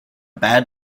bad